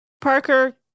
Parker